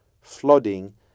flooding